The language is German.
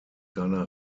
seiner